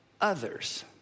others